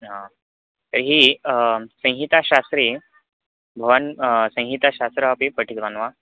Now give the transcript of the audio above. हा तर्हि संहिताशास्त्रे भवान् संहिताशास्त्रम् अपि पठितवान् वा